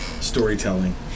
storytelling